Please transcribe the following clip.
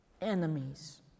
enemies